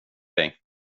dig